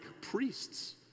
priests